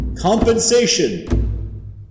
compensation